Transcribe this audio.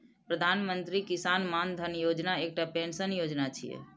प्रधानमंत्री किसान मानधन योजना एकटा पेंशन योजना छियै